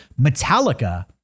Metallica-